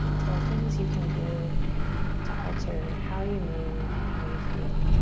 to the things you can do to alter how you move and how you feel.